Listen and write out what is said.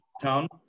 Town